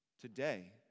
Today